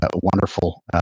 wonderful